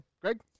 Greg